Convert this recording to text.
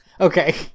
Okay